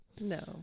No